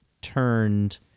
turned